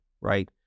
right